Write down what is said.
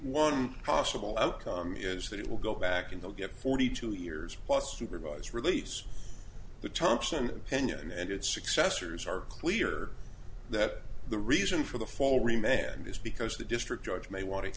one possible outcome is that it will go back in the get forty two years plus to revise release the thompson opinion and its successors are clear that the reason for the fall remained is because the district judge may want to